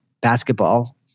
basketball